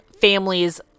families